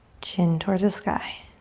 chin towards the sky.